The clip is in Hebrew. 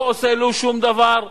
לא עושה לו שום דבר,